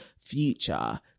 future